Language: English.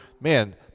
man